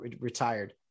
Retired